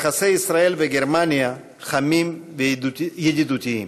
יחסי ישראל וגרמניה חמים וידידותיים.